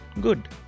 Good